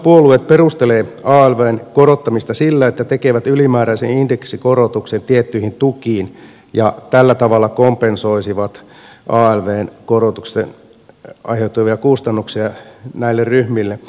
hallituspuolueet perustelevat alvn korottamista sillä että ne tekevät ylimääräisen indeksikorotuksen tiettyihin tukiin ja tällä tavalla kompensoisivat alvn korotuksesta aiheutuvia kustannuksia näille ryhmille